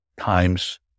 times